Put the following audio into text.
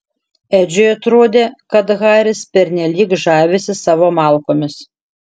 edžiui atrodė kad haris pernelyg žavisi savo malkomis